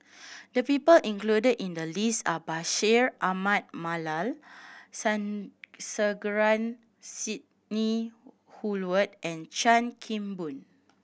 the people included in the list are Bashir Ahmad Mallal Sandrasegaran Sidney Woodhull and Chan Kim Boon